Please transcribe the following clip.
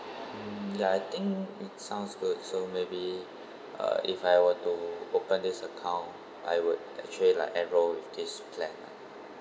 um ya I think it sounds good so maybe uh if I were to open this account I would actually like enroll with this plan lah